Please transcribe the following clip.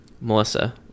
Melissa